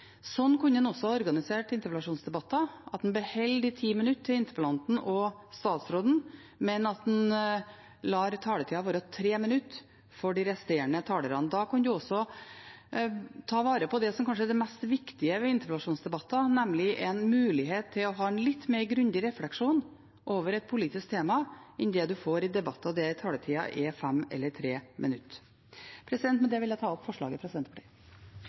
Sånn kunne en også organisert interpellasjonsdebatter, at en beholder 10 minutter til interpellanten og statsråden, men at en lar taletiden være 3 minutter for de resterende talerne. Da kan en også ta vare på det som kanskje er det viktigste ved interpellasjonsdebatter, nemlig en mulighet til å ha en litt mer grundig refleksjon over et politisk tema enn det en får i debatter der taletiden er 5 eller 3 minutter. Med det vil jeg ta opp forslaget fra Senterpartiet.